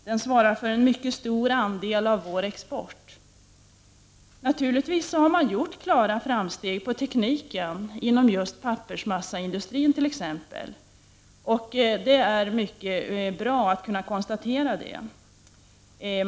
Den svarar för en mycket stor andel av vår export. Naturligtvis har stora framsteg skett på teknikens område inom t.ex. pappersmassaindustrin. Och det är bra att kunna konstatera detta.